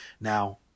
Now